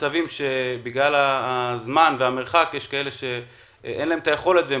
בגלל הזמן והמרחק יש כאלה שאין להם יכולת והם